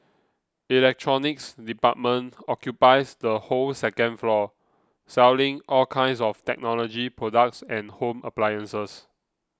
electronics department occupies the whole second floor selling all kinds of technology products and home appliances